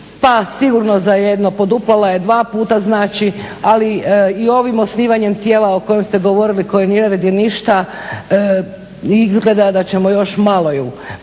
pa sigurno za jedno, poduplala je dva puta, znači ali i ovim osnivanjem tijela o kojem ste govorili koje ne radi ništa izgleda da ćemo još malo ju